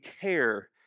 care